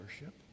worship